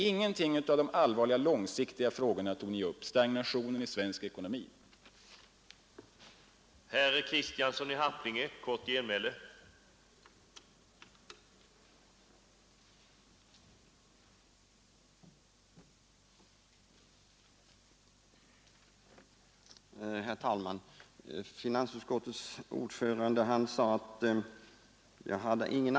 Inga av de allvarliga, långsiktiga frågorna, som stagnationen i svensk ekonomi, tog ni upp, herr Ekström.